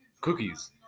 cookies